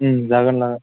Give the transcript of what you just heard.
लागोन लागोन